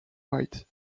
white